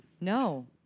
no